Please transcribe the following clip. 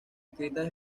escritas